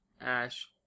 Ash